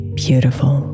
beautiful